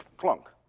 clunk.